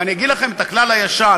ואני אגיד לכם את הכלל הישן,